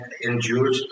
endured